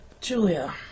Julia